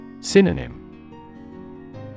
Synonym